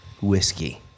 whiskey